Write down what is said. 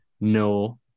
no